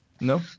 No